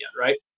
right